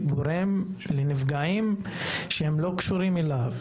מחוסר שינה של הנהג גורמת לנפגעים שלא קשורים אליו,